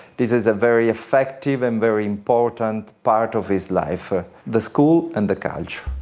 this is a very effective and very important part of his life, the school and the culture.